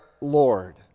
Lord